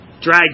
drag